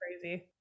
crazy